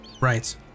right